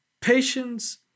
patience